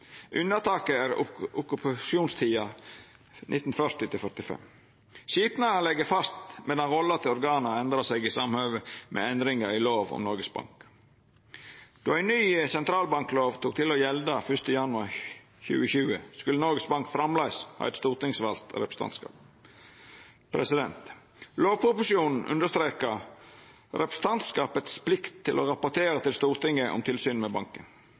er okkupasjonstida 1940–1945. Skipnaden har lege fast medan rolla til organet har endra seg i samhøve med endringar i lov om Noregs Bank. Då ei ny sentralbanklov tok til å gjelda 1. januar 2020, skulle Noregs Bank framleis ha eit stortingsvalt representantskap. Lovproposisjonen understreka representantskapets «plikt til å rapportere til Stortinget om tilsynet med banken».